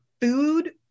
food